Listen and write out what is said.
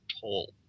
toll